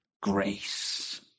grace